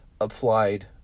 applied